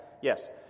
Yes